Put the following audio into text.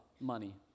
money